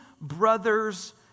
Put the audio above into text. brothers